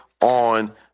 on